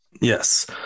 Yes